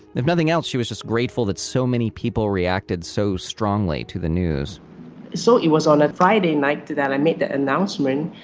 if nothing else, she was just grateful that so many people reacted so strongly to the news so, it was on a friday night that i made the announcement.